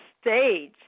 stage